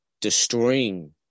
destroying